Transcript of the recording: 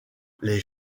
les